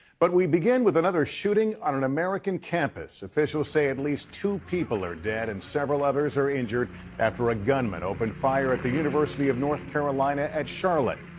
but we begin with another shooting on an american campus. officials say at least two people are dead and several others are injured after a gunman opened fire at the university of north carolina at charlotte.